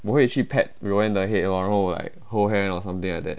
我会去 pet roanne 的 head lor 然后 like hold hand or something like that